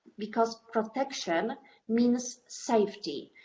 because protection means safety.